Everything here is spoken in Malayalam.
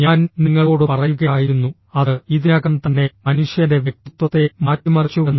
ഞാൻ നിങ്ങളോട് പറയുകയായിരുന്നു അത് ഇതിനകം തന്നെ മനുഷ്യന്റെ വ്യക്തിത്വത്തെ മാറ്റിമറിച്ചുവെന്ന്